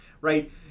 right